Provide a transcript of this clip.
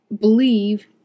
believe